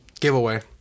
giveaway